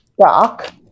dock